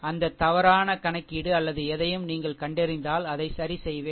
அந்த தவறான கணக்கீடு அல்லது எதையும் நீங்கள் கண்டறிந்தால் அதை சரிசெய்வேன்